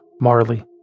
Marley